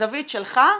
בזווית שלך,